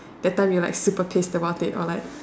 that time you like super pissed about it or like